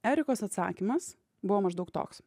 erikos atsakymas buvo maždaug toks